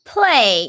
Play